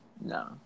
No